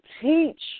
teach